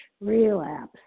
relapse